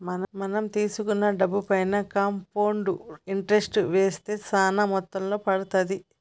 మనం తీసుకున్న డబ్బుపైన కాంపౌండ్ ఇంటరెస్ట్ వేస్తే చానా మొత్తంలో పడతాది